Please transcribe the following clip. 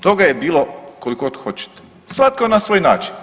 Toga je bilo kolikogod hoćete svatko na svoj način.